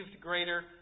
greater